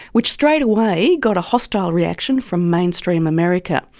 which straight away got a hostile reaction from mainstream america.